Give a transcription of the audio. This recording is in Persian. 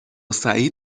سعید